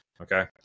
Okay